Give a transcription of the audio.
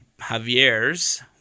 Javier's